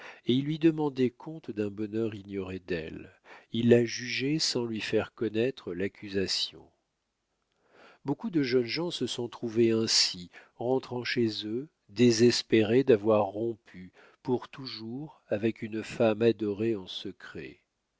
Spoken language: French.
et il lui demandait compte d'un bonheur ignoré d'elle il la jugeait sans lui faire connaître l'accusation beaucoup de jeunes gens se sont trouvés ainsi rentrant chez eux désespérés d'avoir rompu pour toujours avec une femme adorée en secret